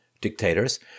dictators